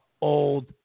old